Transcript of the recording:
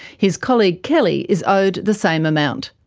his colleague kelly is owed the same amount.